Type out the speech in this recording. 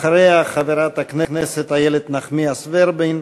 אחריה, חברת הכנסת איילת נחמיאס ורבין.